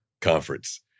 Conference